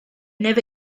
never